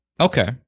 Okay